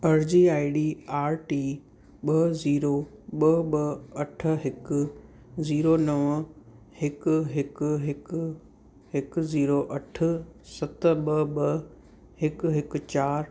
अर्ज़ी I D R T ॿ zero ॿ अठ हिकु ज़ीरो नवं हिकु हिकु हिकु हिकु ज़ीरो अठ सत ॿ ॿ हिकु हिकु चार